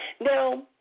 Now